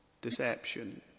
deception